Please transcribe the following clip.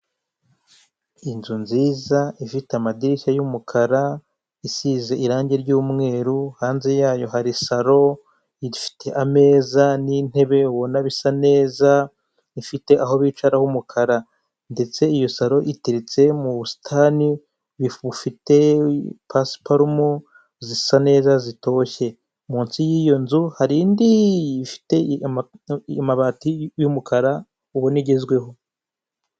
Inzu nziza ifite amadirishya y'umukara, isize irange ry'umweru, hanze yayo hari salon, ifite ameza n'intebe ubona bisa neza, ifite aho bicaraho h'umukara. Ndetse iyo saro iteritse mu busitani bufite pasiparomo zisa neza zitoshye. Munsi y'iyo nzu hari indi ifite amabati y'umukara ubona igezweho.